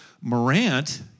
Morant